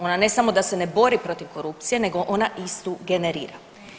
Ona ne samo da se ne bori protiv korupcije nego ona istu generira.